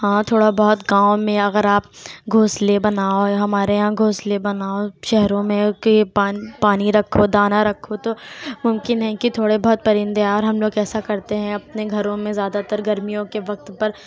ہاں تھوڑا بہت گاؤں میں اگر آپ گھونسلے بناؤ ہمارے یہاں گھونسلے بناؤ شہروں میں کہ پان پانی رکھو دانہ رکھو تو ممکن ہے کہ تھوڑے بہت پرندے اور ہم لوگ ایسا کرتے ہیں اپنے گھروں میں زیادہ تر گرمیوں کے وقت پر